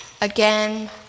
again